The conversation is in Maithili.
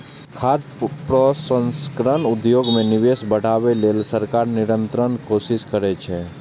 खाद्य प्रसंस्करण उद्योग मे निवेश बढ़ाबै लेल सरकार निरंतर कोशिश करै छै